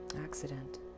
accident